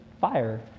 fire